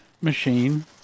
machine